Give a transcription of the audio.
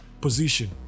position